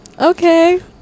Okay